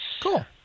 Cool